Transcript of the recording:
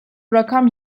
rakam